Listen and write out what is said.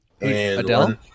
Adele